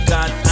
God